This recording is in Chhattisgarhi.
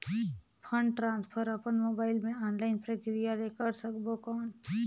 फंड ट्रांसफर अपन मोबाइल मे ऑनलाइन प्रक्रिया ले कर सकबो कौन?